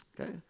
Okay